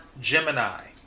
Gemini